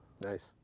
Nice